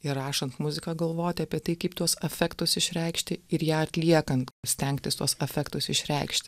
įrašant muziką galvoti apie tai kaip tuos efektus išreikšti ir ją atliekant stengtis tuos efektus išreikšti